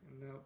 No